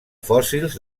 fòssils